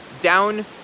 down